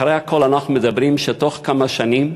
אחרי הכול, אנחנו מדברים, תוך כמה שנים,